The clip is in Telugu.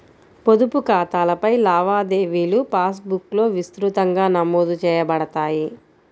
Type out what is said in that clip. పొదుపు ఖాతాలపై లావాదేవీలుపాస్ బుక్లో విస్తృతంగా నమోదు చేయబడతాయి